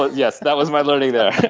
ah yes, that was my learning there.